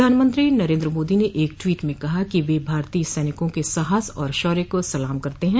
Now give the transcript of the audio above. प्रधानमंत्री नरेन्द्र मोदी ने एक ट्वीट में कहा है कि वे भारतीय सैनिकों के साहस और शौर्य को सलाम करते हैं